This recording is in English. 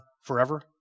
forever